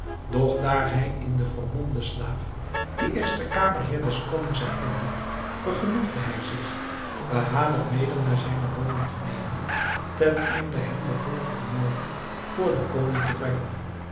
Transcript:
daar hij in den vermomden slaaf den eersten kamerheer des konings herkende vergenoegde hij zich bahader mede naar zijne woning te nemen teneinde hem den volgenden morgen voor den koning te brengen